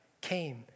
came